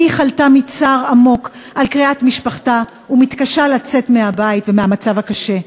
אמי חלתה מצער עמוק על קריעת משפחתה ומתקשה לצאת מהבית ומהמצב הקשה.